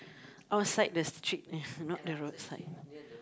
outside the street yes not the roadside